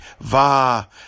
va